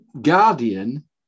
Guardian